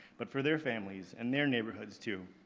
but for their families and their neighborhoods too.